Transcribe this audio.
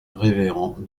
révérend